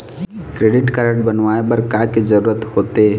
Credit card बनवाए बर का के जरूरत होते?